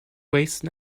waste